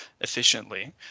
efficiently